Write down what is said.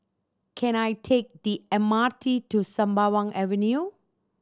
can I take the M R T to Sembawang Avenue